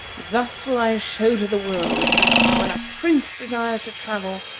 thus will i show to the world that, when a prince desires to travel,